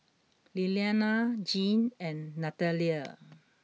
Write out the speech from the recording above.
Lillianna Jean and Nathalia